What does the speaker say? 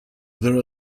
there